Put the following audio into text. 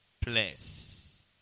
place